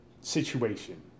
situation